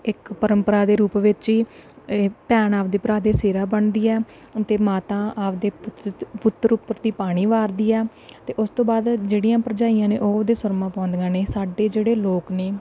ਇੱਕ ਪਰੰਪਰਾ ਦੇ ਰੂਪ ਵਿੱਚ ਹੀ ਭੈਣ ਆਪਦੇ ਭਰਾ ਦੇ ਸਿਹਰਾ ਬੰਨ੍ਹਦੀ ਹੈ ਅਤੇ ਮਾਤਾ ਆਪਦੇ ਪੁੱਤਰ ਪੁੱਤਰ ਉੱਪਰ ਦੀ ਪਾਣੀ ਵਾਰਦੀ ਆ ਅਤੇ ਉਸ ਤੋਂ ਬਾਅਦ ਜਿਹੜੀਆਂ ਭਰਜਾਈਆਂ ਨੇ ਉਹ ਉਹਦੇ ਸੁਰਮਾਂ ਪਾਉਂਦੀਆਂ ਨੇ ਸਾਡੇ ਜਿਹੜੇ ਲੋਕ ਨੇ